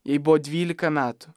jai buvo dvylika metų